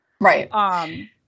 Right